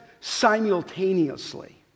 simultaneously